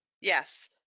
Yes